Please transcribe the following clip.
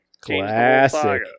classic